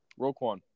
Roquan